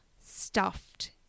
stuffed